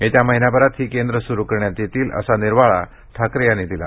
येत्या महिनाभरात ही केंद्र सुरु करण्यात येतील असा निर्वाळा ठाकरे यांनी दिला